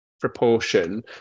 proportion